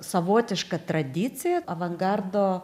savotiška tradicija avangardo